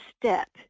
step